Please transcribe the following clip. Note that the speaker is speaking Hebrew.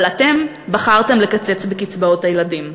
אבל אתם בחרתם לקצץ בקצבאות הילדים.